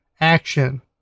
action